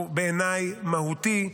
בעיניי, הוא מהותי.